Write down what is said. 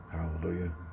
hallelujah